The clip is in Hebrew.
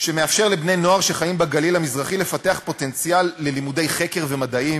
שמאפשר לבני-נוער שחיים בגליל המזרחי לפתח פוטנציאל ללימודי חקר ומדעים,